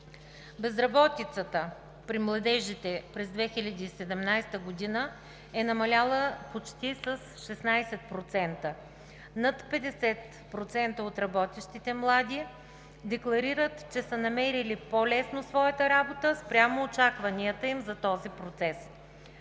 Безработицата при младежите през 2017 г. е намаляла с почти 16%. Над 50% от работещите млади декларират, че са намерили по-лесно своята работа спрямо очакванията им за този процес.